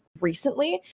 recently